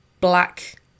black